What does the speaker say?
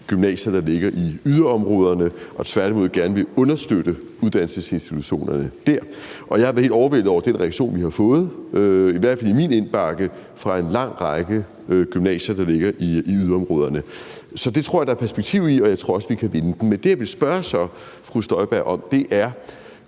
gymnasier, der ligger i yderområderne, hvor vi jo tværtimod gerne vil understøtte uddannelsesinstitutionerne. Jeg har været helt overvældet over den reaktion, vi har fået. Der er i hvert fald kommet reaktioner i min indbakke fra en lang række gymnasier, der ligger i yderområderne. Så det tror jeg der er perspektiv i, og jeg tror også, vi kan vinde den. Men det, jeg så vil spørge fru Inger Støjberg om, er: